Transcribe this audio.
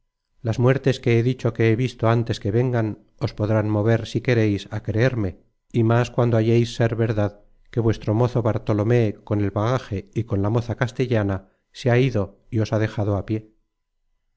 las muertes que he dicho que he visto antes que vengan os podrán mover si quereis á creerme y más cuando halleis ser verdad que vuestro mozo bartolomé con el bagaje y con la moza castellana se ha ido y os ha dejado á pié